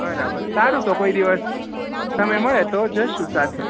બરાબર સારું તો કોઈદિવસ સમય મળે તો જશું સાથે